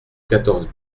quatorze